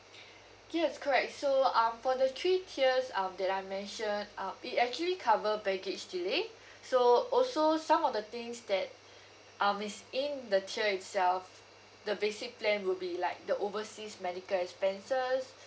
yes correct so um for the three tiers um that I mentioned uh it actually cover baggage delay so also some of the things that um is in the tier itself the basic plan would be like the overseas medical expenses